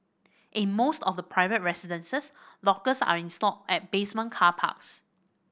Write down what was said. in most of the private residences lockers are installed at basement car parks